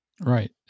Right